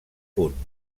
punt